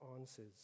answers